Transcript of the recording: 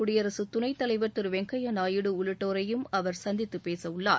குடியரசு துணைத்தலைவா் திரு வெங்கப்யா நாயுடு உள்ளிட்டோரையும் அவர் சந்தித்து பேசவுள்ளார்